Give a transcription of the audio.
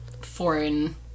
foreign